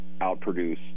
outproduce